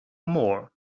more